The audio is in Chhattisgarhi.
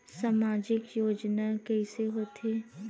सामजिक योजना कइसे होथे?